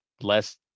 less